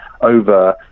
over